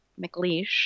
McLeish